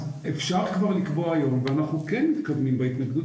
אז אפשר כבר לקבוע היום ואנחנו כן מתכוונים בהתנגדות